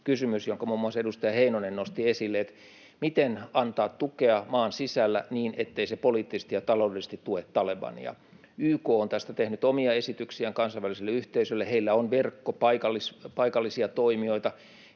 kysymys, jonka muun muassa edustaja Heinonen nosti esille: miten antaa tukea maan sisällä niin, ettei se poliittisesti ja taloudellisesti tue Talebania? YK on tästä tehnyt omia esityksiään kansainväliselle yhteisölle. Heillä on verkko paikallisia toimijoita.